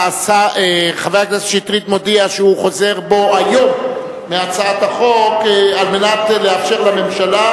חבר הכנסת שטרית מודיע שהוא חוזר בו היום מהצעת החוק על מנת לאפשר לממשלה